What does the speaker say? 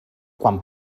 quan